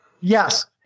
Yes